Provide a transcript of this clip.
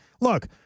Look